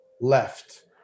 left